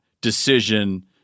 decision